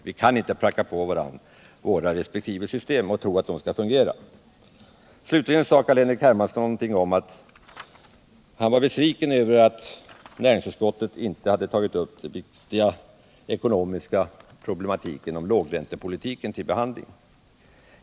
Vi kan inte pracka på varandra våra resp. system och tro att det skall fungera. Slutligen sade Carl-Henrik Hermansson någonting om att han var besviken över att näringsutskottet inte hade tagit upp den viktiga ekonomiska frågan om lågräntepolitiken till behandling.